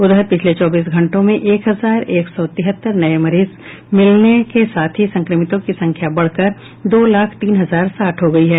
उधर पिछले चौबीस घंटों में एक हजार एक सौ तिहत्तर नये मरीज मिलने के साथ ही संक्रमितों की संख्या बढ़कर दो लाख तीन हजार साठ हो गई है